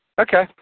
Okay